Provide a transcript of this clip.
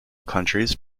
countries